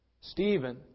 Stephen